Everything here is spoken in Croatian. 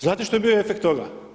Znate što je bio efekt toga?